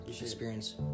experience